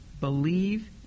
believe